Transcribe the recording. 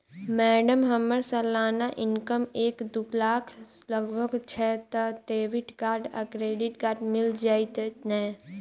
Madam हम्मर सलाना income एक दु लाख लगभग छैय तऽ डेबिट कार्ड आ क्रेडिट कार्ड मिल जतैई नै?